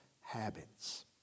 habits